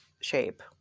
shape